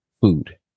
food